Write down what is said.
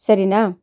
ಸರಿನಾ